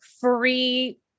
free